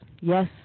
Yes